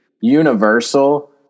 universal